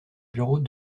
bureau